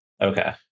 Okay